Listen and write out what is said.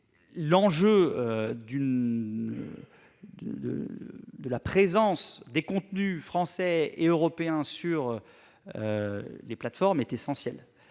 capitaux. La présence des contenus français et européens sur les plateformes est un enjeu